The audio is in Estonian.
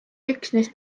üksnes